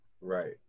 Right